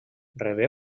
rebé